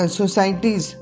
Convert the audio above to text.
societies